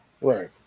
Right